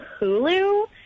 Hulu